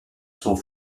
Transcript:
sont